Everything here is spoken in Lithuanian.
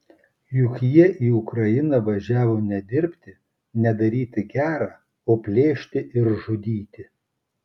juk jie į ukrainą važiavo ne dirbti ne daryti gera o plėšti ir žudyti